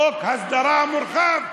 חוק הסדרה מורחב.